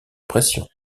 pression